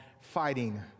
fighting